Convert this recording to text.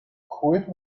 quit